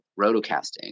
rotocasting